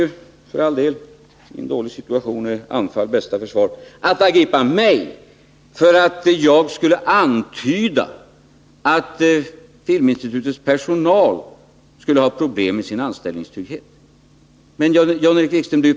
Nr 129 del, i en dålig situation är anfall bästa försvar — att angripa mig för att jag Måndagen den skulle ha antytt att Filminstitutets personal skulle ha problem med sin 4 maj 1981 anställningstrygghet.